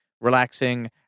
relaxing